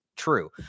true